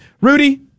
Rudy